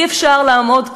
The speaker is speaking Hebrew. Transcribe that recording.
אי-אפשר לעמוד כאן,